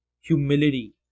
humility